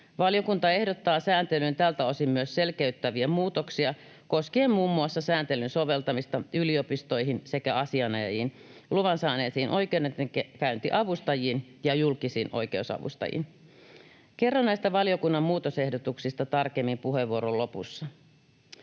Valiokunta ehdottaa sääntelyyn tältä osin myös selkeyttäviä muutoksia koskien muun muassa sääntelyn soveltamista yliopistoihin sekä asianajajiin, luvan saaneisiin oikeudenkäyntiavustajiin ja julkisiin oikeusavustajiin. — Kerron näistä valiokunnan muutosehdotuksista tarkemmin puheenvuoron lopussa.